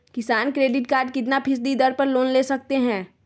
किसान credit card कितना फीसदी दर पर लोन ले सकते हैं?